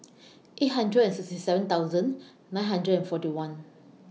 eight hundred sixty seven thousand nine hundred and forty one